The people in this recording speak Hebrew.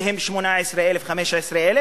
שהם 15,000 18,000,